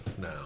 now